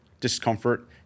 discomfort